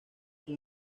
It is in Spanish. sus